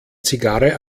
zigarre